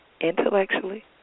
Intellectually